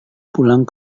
pulang